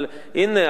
אבל הנה,